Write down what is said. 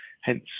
hence